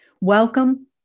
Welcome